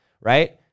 right